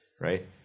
right